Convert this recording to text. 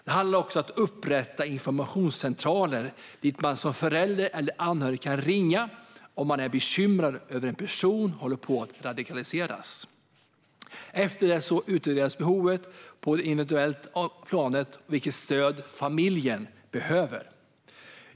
Det handlar också om att upprätta informationscentraler dit man som förälder eller anhörig kan ringa om man är bekymrad över att en person håller på att radikaliseras. Efter det utreds på det individuella planet vilket stöd familjen eventuellt behöver.